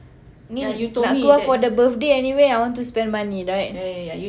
ni nak keluar for the birthday anyway I want to spend money right